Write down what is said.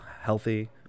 healthy